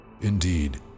Indeed